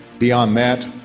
beyond that,